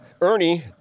Ernie